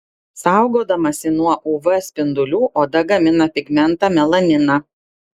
saugodamasi nuo uv spindulių oda gamina pigmentą melaniną